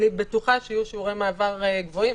אני בטוחה שיהיו שיעורי מעבר גבוהים,